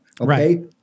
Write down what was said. okay